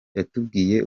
yatubwiye